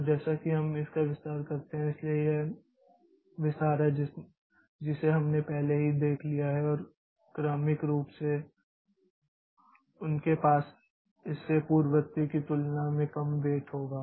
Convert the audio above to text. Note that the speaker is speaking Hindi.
और जैसा कि हम इसका विस्तार करते हैं इसलिए यह विस्तार है जिसे हमने पहले ही देख लिया है और क्रमिक रूप से उनके पास इसके पूर्ववर्ती की तुलना में कम वेट होगा